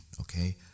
okay